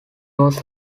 was